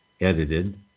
edited